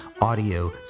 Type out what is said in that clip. audio